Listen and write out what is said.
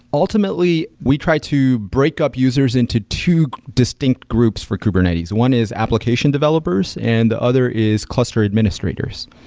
ultimately, we try to break up users into two distinct groups for kubernetes. one is application developers and the other is cluster administrators.